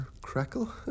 crackle